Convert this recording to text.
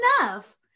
enough